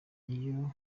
iyo